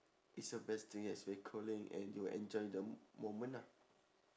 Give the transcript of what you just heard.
is your best thing yes very cooling and you will enjoy the moment ah